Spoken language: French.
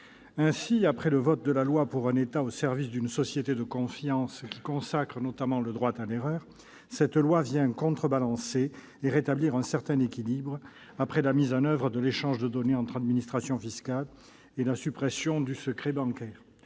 l'adoption de la loi pour un État au service d'une société de confiance, qui consacre notamment le droit à l'erreur, et rétablir un certain équilibre, après la mise en oeuvre de l'échange de données entre administrations fiscales et la suppression du secret bancaire.